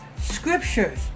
scriptures